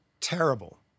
terrible